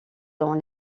dans